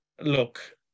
Look